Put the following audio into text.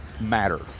matter